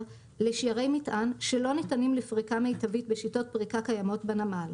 לשיירי מטען שלא ניתנים לפריקה מיטבית בשיטות פריקה קיימות בנמל,